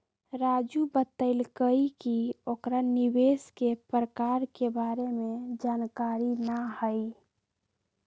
राजू बतलकई कि ओकरा निवेश के प्रकार के बारे में जानकारी न हई